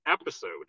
episode